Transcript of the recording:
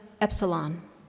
Epsilon